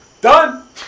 Done